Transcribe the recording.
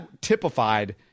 typified